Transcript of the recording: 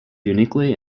uniquely